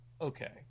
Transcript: Okay